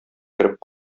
кереп